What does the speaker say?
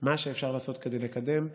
מה שאפשר לעשות כדי לקדם.